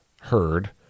heard